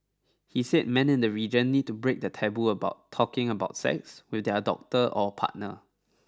he said men in the region need to break the taboo about talking about sex with their doctor or partner